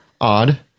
odd